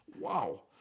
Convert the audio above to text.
Wow